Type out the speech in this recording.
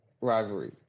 rivalry